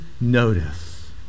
notice